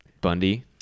Bundy